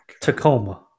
Tacoma